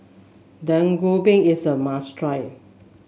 Dak Galbi is a must try